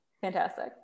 Fantastic